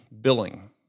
billing